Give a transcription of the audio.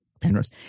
Penrose